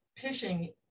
pishing